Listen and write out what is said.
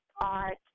art